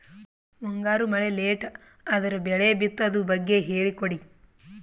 ಮುಂಗಾರು ಮಳೆ ಲೇಟ್ ಅದರ ಬೆಳೆ ಬಿತದು ಬಗ್ಗೆ ಹೇಳಿ ಕೊಡಿ?